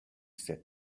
said